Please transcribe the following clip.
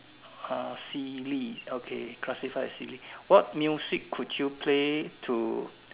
uh silly okay classified as silly what music could you play to